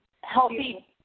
healthy